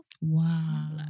Wow